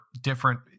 different